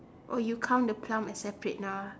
oh you count the plum as separate now ah